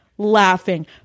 laughing